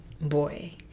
boy